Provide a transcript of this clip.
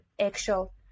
actual